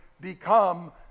become